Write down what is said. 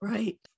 Right